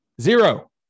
Zero